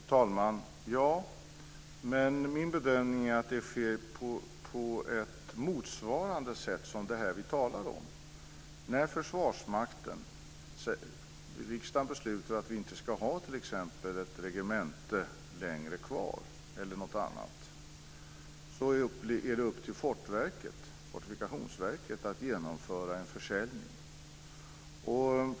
Fru talman! Ja, men min bedömning är att det sker på ett sätt som motsvarar det vi talar om. När riksdagen beslutar att vi t.ex. inte ska ha kvar ett regemente är det Fortifikationsverket som ska genomföra en försäljning.